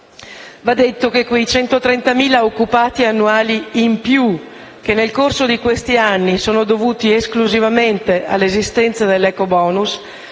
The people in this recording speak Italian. va detto che quei 130.000 occupati annuali in più, registrati nel corso di questi anni grazie esclusivamente all'esistenza dell'ecobonus,